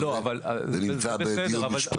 זה נמצא בדיון משפטי.